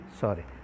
Sorry